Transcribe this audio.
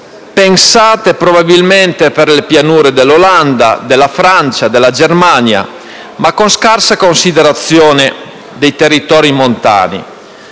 pensate probabilmente per le pianure dell'Olanda, della Francia, della Germania, ma con scarsa considerazione dei territori montani.